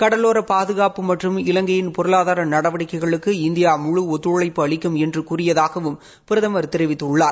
கடலோர பாதுகாப்பு மற்றும் இலங்கையின் பொருளாதார நடவடிக்கைகளுக்கு இந்தியா முழு ஒத்துழைப்பு அளிக்கும் என்று கூறியதாகவும் பிரதமர் தெரிவித்துள்ளார்